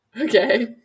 Okay